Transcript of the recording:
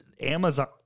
Amazon